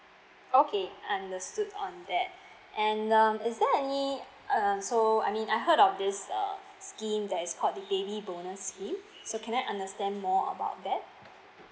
okay understood on that and um is there any uh so I mean I heard of this uh scheme that is called the baby bonus scheme so can I understand more about that